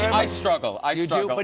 i struggle, i but